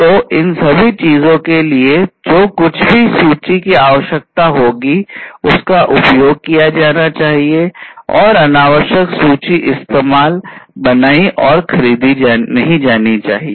तो इन सभी चीजों के लिए जो कुछ भी सूची की आवश्यकता होगी उसका उपयोग किया जाना चाहिए और अनावश्यक सूची इस्तेमाल बनाई और खरीदी नहीं जानी चाहिए